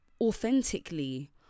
authentically